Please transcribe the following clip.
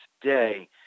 today